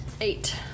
Eight